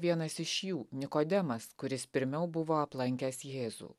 vienas iš jų nikodemas kuris pirmiau buvo aplankęs jėzų